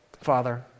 Father